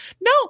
No